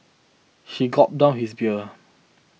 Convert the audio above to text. he gulped down his beer